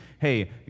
Hey